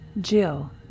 jill